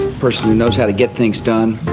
person who knows how to get things done,